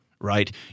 right